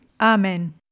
Amen